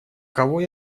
кого